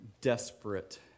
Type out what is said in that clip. desperate